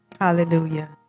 hallelujah